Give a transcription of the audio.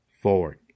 forward